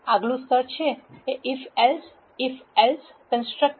આગલું સ્તર છે if else if else construct